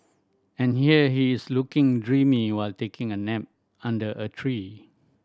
and here he is looking dreamy while taking a nap under a tree